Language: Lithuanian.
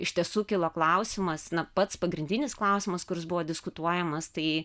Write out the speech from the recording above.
iš tiesų kilo klausimas na pats pagrindinis klausimas kuris buvo diskutuojamas tai